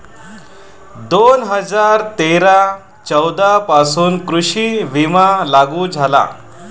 दोन हजार तेरा चौदा पासून कृषी विमा लागू झाला